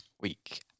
Week